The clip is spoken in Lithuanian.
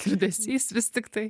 liūdesys vis tiktai